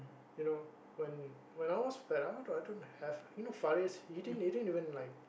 you know when when I was fat I don't I don't have you know Faris he didn't he didn't even like